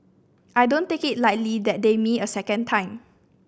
I don't take it lightly that they me a second time